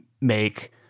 make